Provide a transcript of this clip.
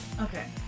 Okay